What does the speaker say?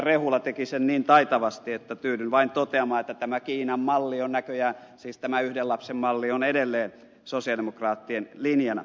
rehula teki sen niin taitavasti että tyydyn vain toteamaan että tämä kiinan malli on näköjään siis tämä yhden lapsen malli edelleen sosialidemokraattien linjana